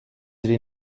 sie